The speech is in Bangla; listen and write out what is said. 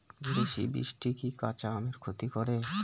বেশি বৃষ্টি কি কাঁচা আমের ক্ষতি করে?